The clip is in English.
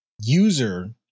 user